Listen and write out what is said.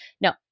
No